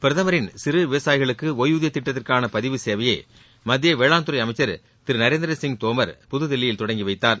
பிரதமரின் சிறு விவசாயிகளுக்கு ஓய்வூதிய திட்டத்திற்கான பதிவு சேவையை மத்திய சவேளாண் துறை அமைச்சர் திரு நரேந்திரசிங் தோமர் புதுதில்லியில் தொடங்கி வைத்தார்